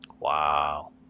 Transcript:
Wow